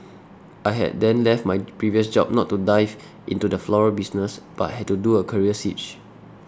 I had then left my previous job not to dive into the floral business but had to do a career switch